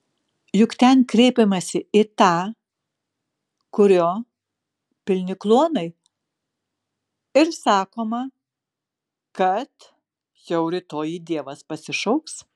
juk ten kreipiamasi į tą kurio pilni kluonai ir sakoma kad jau rytoj jį dievas pasišauks